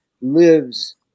lives